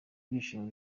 byishimo